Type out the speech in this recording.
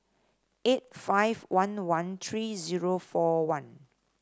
eight five one one three zero four one